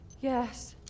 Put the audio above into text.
Yes